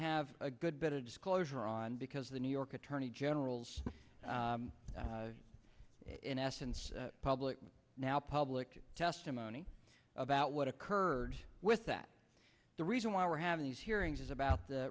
have a good bit of disclosure on because the new york attorney general's in essence public now public testimony about what occurred with that the reason why we're having these hearings is about the